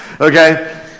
Okay